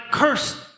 cursed